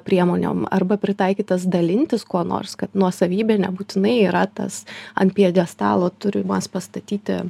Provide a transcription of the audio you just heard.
priemonėm arba pritaikytas dalintis kuo nors kad nuosavybė nebūtinai yra tas ant pjedestalo turimas pastatyti